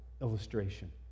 illustration